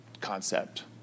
concept